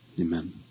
Amen